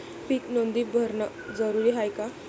पीक नोंदनी भरनं जरूरी हाये का?